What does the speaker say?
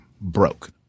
broke